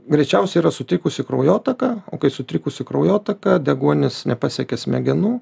greičiausiai yra sutrikusi kraujotaka o kai sutrikusi kraujotaka deguonis nepasiekia smegenų